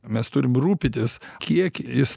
mes turim rūpytis kiek jis